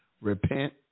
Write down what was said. Repent